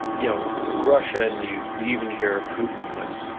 yeah russia, and you even hear putin when